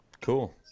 cool